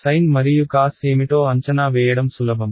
Sin మరియు cos ఏమిటో అంచనా వేయడం సులభం